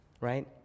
right